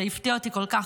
זה הפתיע אותי כל כך,